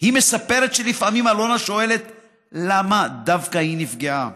היא מספרת שלפעמים אלונה שואלת למה דווקא היא נפגעה.